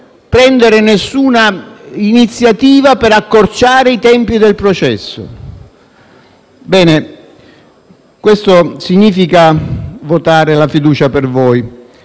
prendere nessuna iniziativa per accorciare i tempi del processo stesso. Questo significa votare la fiducia per voi: